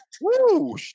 Woo